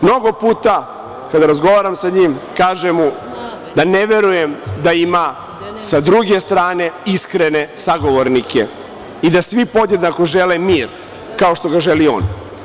Mnogo puta kada razgovaram sa njim kažem mu da ne verujem da ima sa druge strane iskrene sagovornike i da svi podjednako žele mir, kao što ga želi on.